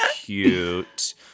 cute